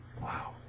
Wow